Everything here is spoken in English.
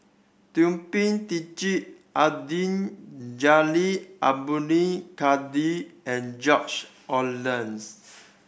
Thum Ping Tjin Abdul Jalil Abdul Kadir and George Oehlers